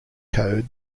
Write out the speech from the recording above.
code